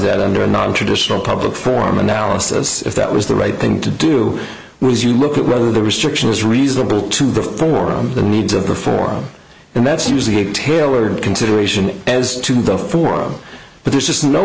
that under a nontraditional public form analysis if that was the right thing to do was you look at whether the restriction is reasonable to the forum the needs of the forum and that's usually tailored consideration as to the forum but there's just no